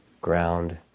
ground